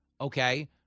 Okay